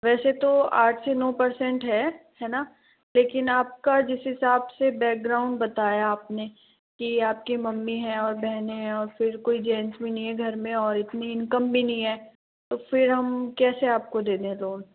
वैसे तो आठ से नौ पर्सेन्ट है है ना लेकिन आपका जिस हिसाब से बैकग्राउंड बताया आपने कि आपकी मम्मी हैं और बहनें हैं और फिर कोई जैंट्स भी नहीं है घर में और इतनी इनकम भी नहीं है तो फिर हम कैसे आपको दे दे लोन